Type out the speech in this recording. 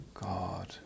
God